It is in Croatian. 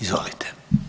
Izvolite.